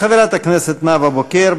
חברת הכנסת נאוה בוקר,